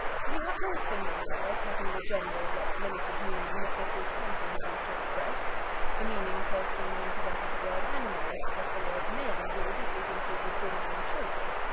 we have no single word having the general yet limited meaning that this is sometimes used to express a meaning corresponding to that of the word animals, as the word men would if it included women and children.